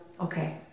okay